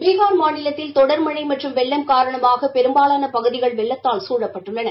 பீகார் மாநிலத்தில் தொடர் மழை மற்றும் வெள்ளம் காரணமாக பெரும்பாலான பகுதிகள் வெள்ளத்தால் குழப்பட்டுள்ளன